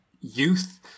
youth